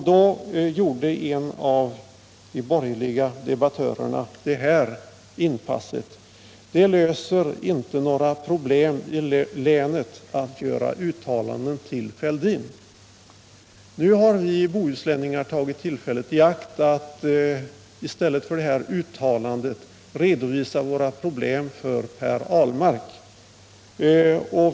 Då gjorde en av de borgerliga debattörerna det här inpasset: ”Det löser inte några problem i länet att göra uttalanden till Fälldin.” Nu har vi bohuslänningar tagit tillfället i akt att i stället för att göra ett sådant uttalande redovisa våra problem för Per Ahlmark.